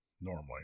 normally